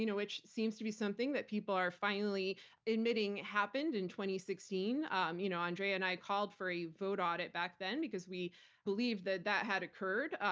you know which seems to be something that people are finally admitting happened in sixteen um you know andrea and i called for a vote audit back then because we believed that that had occurred, ah